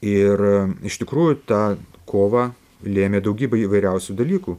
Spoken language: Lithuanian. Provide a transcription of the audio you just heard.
ir iš tikrųjų tą kovą lėmė daugybė įvairiausių dalykų